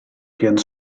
jens